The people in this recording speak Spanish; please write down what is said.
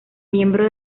miembro